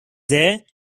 there